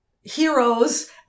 heroes